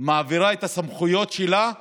מעבירה את הסמכויות שלה לממשלה,